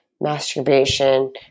Masturbation